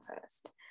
first